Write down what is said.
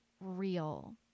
real